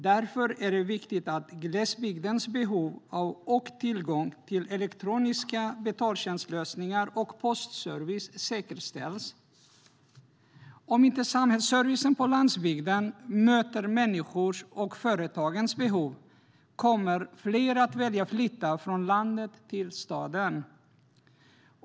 Därför är det viktigt att glesbygdens tillgång till elektroniska betaltjänstlösningar och postservice säkerställs. Om inte samhällsservicen på landsbygden möter människornas och företagens behov kommer fler att välja att flytta från landet till staden.